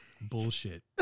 bullshit